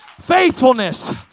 Faithfulness